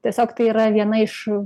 tiesiog tai yra viena iš